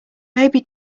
maybe